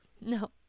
no